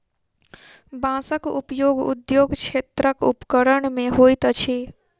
बांसक उपयोग उद्योग क्षेत्रक उपकरण मे होइत अछि